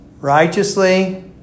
righteously